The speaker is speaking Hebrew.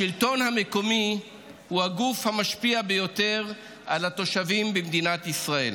השלטון המקומי הוא הגוף המשפיע ביותר על התושבים במדינת ישראל,